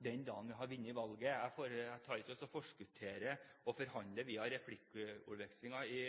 den dagen vi har vunnet valget. Jeg forskutterer ikke og forhandler ikke via replikkordvekslinger i